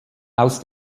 aus